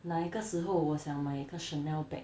哪一个时候我想买一个 chanel bag